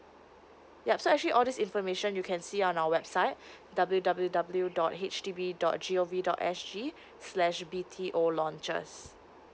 yup so actually all this information you can see on our website w w w dot H D B dot g o v dot s g slash b t o launches